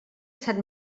sant